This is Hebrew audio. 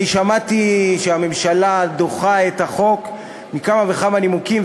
אני שמעתי שהממשלה דוחה את החוק מכמה וכמה נימוקים,